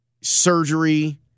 Surgery